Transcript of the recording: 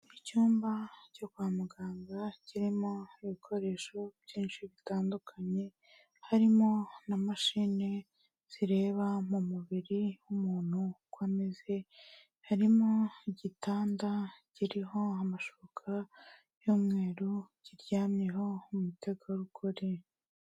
Icyumba cyo kwa muganga kirimo ibikoresho byinshi bitandukanye, harimo na mashini zireba mu mubiri w'umuntu uko ameze, harimo igitanda kiriho amashuka y'umweru kiryamyeho umutegarugori.